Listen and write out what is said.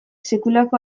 sekulako